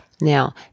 now